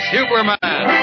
Superman